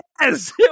Yes